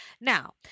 now